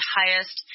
highest